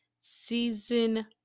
season